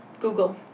Google